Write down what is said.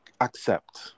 accept